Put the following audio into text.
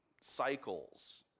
cycles